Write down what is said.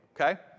okay